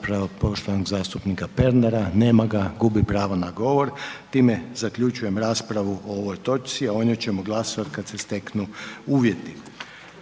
poštovanog zastupnika Pernara. Nema ga, gubi pravo na govor. Time zaključujem raspravu o ovoj točci, a o njoj ćemo glasovati kada se steknu uvjeti.